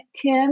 tim